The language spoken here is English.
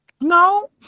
No